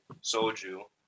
Soju